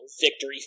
victory